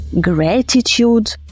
gratitude